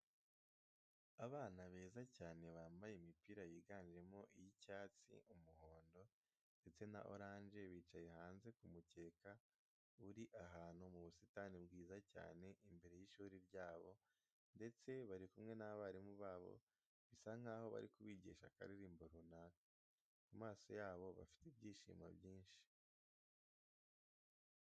Abana beza cyane bambaye imipira yiganjyemo iy'icyatsi, umuhondo ndetse na oranje bicaye hanze ku mukeka uri ahantu mu busitani bwiza cyane imbere y'ishuri ryabo, ndetse bari kumwe n'abarimu babo bisa nkaho bari kubigisha akaririmbo runaka. Ku maso yabo bafite ibyishimo byinshi.